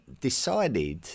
decided